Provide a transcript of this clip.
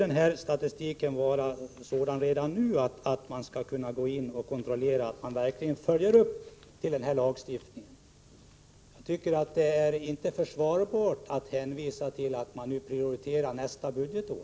Denna statistik borde därför redan nu vara sådan att man skall kunna gå in och kontrollera att de berörda verkligen följer upp lagstiftningen. Jag tycker inte att det är försvarbart att man hänvisar till att man skall prioritera under nästa budgetår.